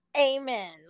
Amen